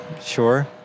sure